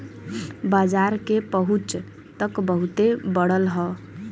बाजार के पहुंच त बहुते बढ़ल हौ